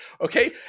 okay